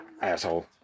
asshole